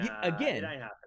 Again